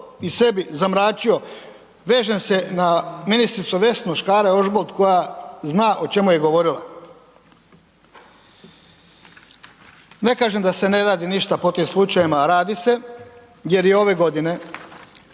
i sebi zamračio. Vežem se na ministricu Vesnu Škare Ožbolt koja zna o čemu je govorila. Ne kažem da se ne radi ništa po tim slučajevima a radi se jer je ove godine,